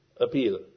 appeal